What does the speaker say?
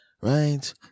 Right